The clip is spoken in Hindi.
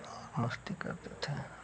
और मस्ती करते थे